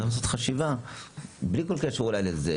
צריך לעשות חשיבה, אולי, בלי כל קשר לזה.